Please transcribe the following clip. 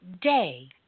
day